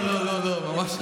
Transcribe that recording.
לא, לא, ממש לא.